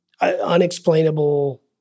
unexplainable